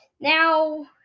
Now